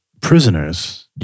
prisoners